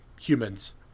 humans